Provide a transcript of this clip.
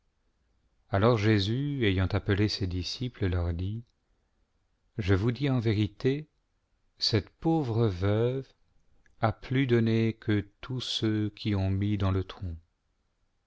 alors jésus ayant appelé ses disciples leur dit je vous dis en vérité cette pauvre veuve a plus donné que tous ceux qui ont mis dans le tronc